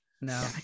No